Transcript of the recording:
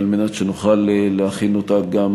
על מנת שנוכל להכין אותה גם